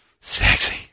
Sexy